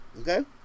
Okay